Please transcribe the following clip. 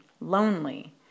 lonely